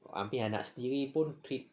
abeh anak sendiri pun treat